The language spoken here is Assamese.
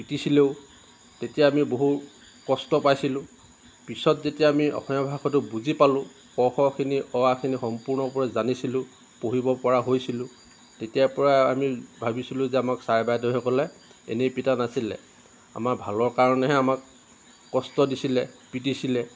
পিটিছিলেও তেতিয়া আমি বহুত কষ্ট পাইছিলোঁ পিছত যেতিয়া আমি অসমীয়া ভাষাটো বুজি পালোঁ ক খ খিনি অ আ খিনি সম্পূৰ্ণকৈ জানিছিলোঁ পঢ়িব পৰা হৈছিলোঁ তেতিয়াৰ পৰা আমি ভাবিছিলোঁ যে আমাক ছাৰ বাইদেউসকলে এনেই পিটা নাছিলে আমাৰ ভালৰ কাৰণেহে আমাক কষ্ট দিছিলে পিটিছিলে